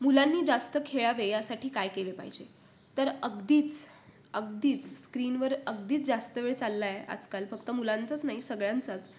मुलांनी जास्त खेळावे यासाठी काय केले पाहिजे तर अगदीच अगदीच स्क्रीनवर अगदीच जास्त वेळ चालला आहे आजकाल फक्त मुलांचाच नाही सगळ्यांचाच